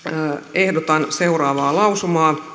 ehdotan seuraavaa epäluottamuslausetta